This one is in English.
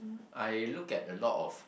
I look at a lot of